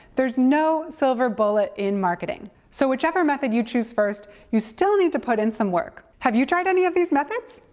there's no silver bullet in marketing. so, whichever method you choose first, you still need to put in some work! have you tried any of these methods?